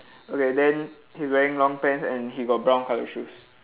okay then he's wearing long pants and he got brown coloured shoes